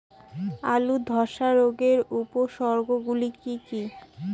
আলুর ধ্বসা রোগের উপসর্গগুলি কি কি?